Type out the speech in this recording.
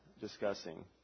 discussing